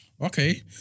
Okay